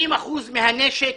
90 אחוזים מהנשק